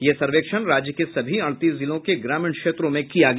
यह सर्वेक्षण राज्य के सभी अड़तीस जिलों के ग्रामीण क्षेत्रों में किया गया